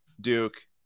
Duke